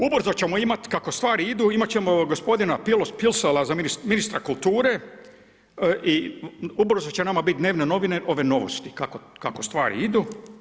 Ubrzo ćemo imat kako stvari idu imat ćemo gospodina Pilsola za ministra kulture i ubrzo će nama bit dnevne novine ove Novosti kako stvari idu.